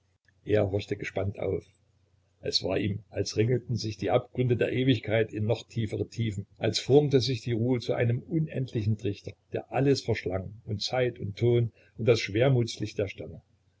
er horchte gespannt auf es war ihm als ringelten sich die abgründe der ewigkeiten in noch tiefere tiefen als formte sich die ruhe zu einem unendlichen trichter der alles verschlang und zeit und ton und das schwermutslicht der sterne